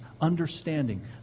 Understanding